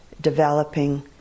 developing